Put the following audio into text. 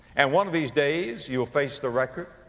and one of these days you'll face the record?